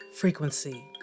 frequency